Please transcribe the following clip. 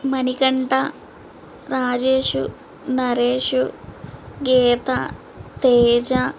Manikanta Rajesh Naresh Geetha Teja